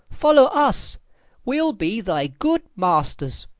follow us we'll be thy good masters.